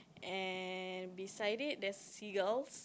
and beside it there's seagulls